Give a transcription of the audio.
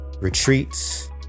retreats